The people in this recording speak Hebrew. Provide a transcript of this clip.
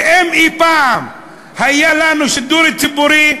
ואם אי-פעם היה לנו שידור ציבורי,